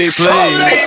please